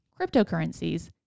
cryptocurrencies